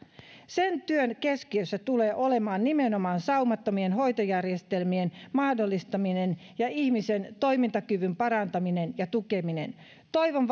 sen työn keskiössä tulee olemaan nimenomaan saumattomien hoitojärjestelmien mahdollistaminen ja ihmisen toimintakyvyn parantaminen ja tukeminen toivon